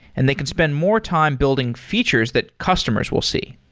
and they can spend more time building features that customers will see.